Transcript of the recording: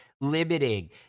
limiting